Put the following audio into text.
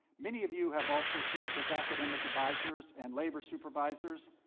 many of you have also served as academic advisors and labor supervisors,